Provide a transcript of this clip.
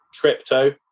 crypto